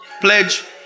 Pledge